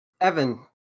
Evan